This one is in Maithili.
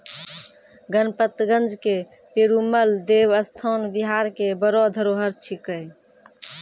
गणपतगंज के पेरूमल देवस्थान बिहार के बड़ो धरोहर छिकै